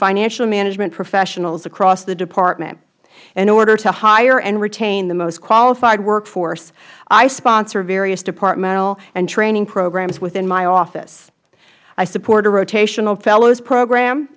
financial management professionals across the department in order to hire and retain the most qualified workforce i sponsor various departmental and training programs within my office i support a rotational fellows program